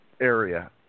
area